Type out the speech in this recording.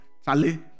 Sally